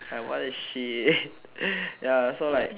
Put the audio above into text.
like what the shit ya so like